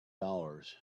dollars